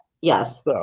Yes